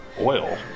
oil